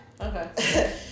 Okay